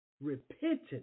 repentance